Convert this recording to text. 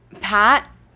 Pat